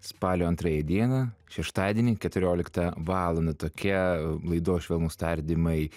spalio antrąją dieną šeštadienį keturioliktą valandą tokia laidos švelnūs tardymai